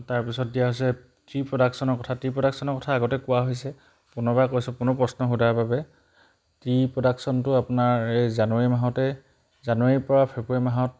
তাৰপিছত দিয়া হৈছে টি প্ৰডাকশ্যনৰ কথা টি প্ৰডাকশ্যনৰ কথা আগতে কোৱা হৈছে পুনৰবাৰ কৈছোঁ পুনৰ প্ৰশ্ন সোধাৰ বাবে টি প্ৰডাকশ্যনটো আপোনাৰ এই জানুৱাৰী মাহঁতে জানুৱাৰীৰপৰা ফেব্ৰুৱাৰী মাহত